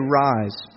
rise